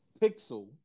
Pixel